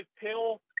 pill